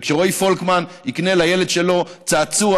וכשרועי פולקמן יקנה לילד שלו צעצוע